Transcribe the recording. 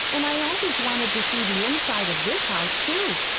and i always wanted to see the inside of this house, too.